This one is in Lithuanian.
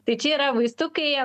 tai čia yra vaistukai